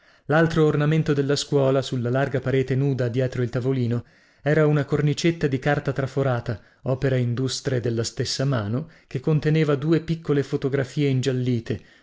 laltro ornamento della scuola sulla larga parete nuda dietro il tavolino era una cornicetta di carta traforata opera industre della stessa mano che conteneva due piccole fotografie ingiallite